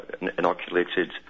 inoculated